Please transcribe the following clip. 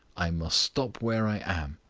i must stop where i am.